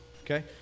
okay